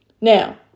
Now